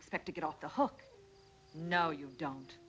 expect to get off the hook no you don't